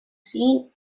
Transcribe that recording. seen